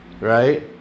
Right